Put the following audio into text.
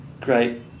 great